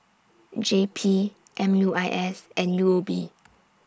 J P M U I S and U O B